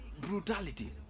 brutality